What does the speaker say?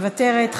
מוותרת,